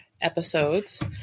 episodes